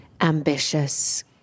ambitious